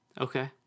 Okay